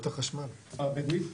- הבדואית,